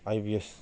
IBS